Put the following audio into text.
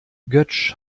götsch